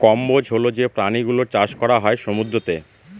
কম্বোজ হল যে প্রাণী গুলোর চাষ করা হয় সমুদ্রতে